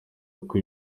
uko